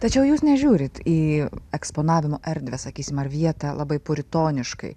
tačiau jūs nežiūrit į eksponavimo erdvę sakysim ar vietą labai puritoniškai